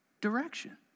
direction